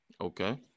Okay